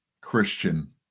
Christian